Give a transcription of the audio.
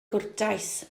gwrtais